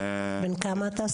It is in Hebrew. בן כמה אתה?